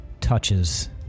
touches